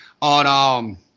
on